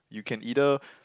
you can either